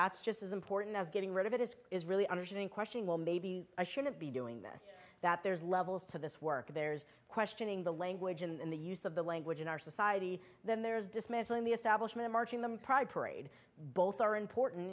that's just as important as getting rid of it as is really understood in question well maybe i shouldn't be doing this that there's levels to this work there's questioning the language in the use of the language in our society then there's dismantling the establishment marching them pride parade both are important